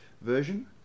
version